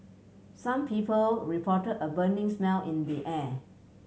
some people reported a burning smell in the air